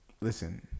Listen